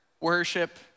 worship